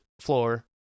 floor